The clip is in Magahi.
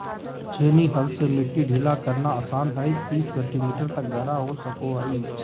छेनी हल से मिट्टी ढीला करना आसान हइ तीस सेंटीमीटर तक गहरा हो सको हइ